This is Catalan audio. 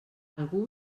algú